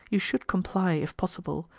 you should comply, if possible,